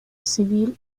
civil